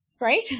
right